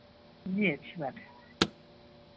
جی اچھی بات ہے